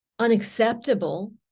unacceptable